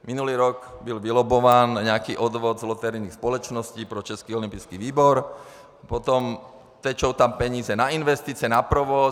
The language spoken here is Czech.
Minulý rok byl vylobbován nějaký odvod loterijní společnosti pro Český olympijský výbor, tečou tam peníze na investice, na provoz.